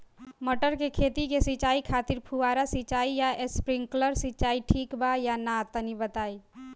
मटर के खेती के सिचाई खातिर फुहारा सिंचाई या स्प्रिंकलर सिंचाई ठीक बा या ना तनि बताई?